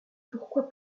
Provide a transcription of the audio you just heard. pourquoi